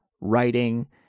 writing